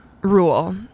rule